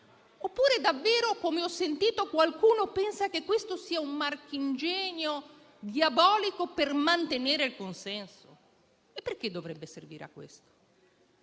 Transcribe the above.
Oppure davvero, come ho sentito, qualcuno pensa che questo sia un marchingegno diabolico per mantenere il consenso? E perché dovrebbe servire a questo?